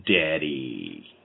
daddy